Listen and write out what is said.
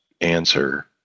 answer